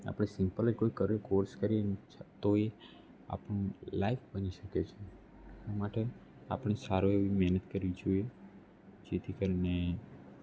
આપણે સિમ્પલે કોઈ કરે કોર્સ કરીને તોય આ લાઈફ બની શકે છે માટે આપણે સારો એવી મહેનત કરવી જોએ જેથી કરીને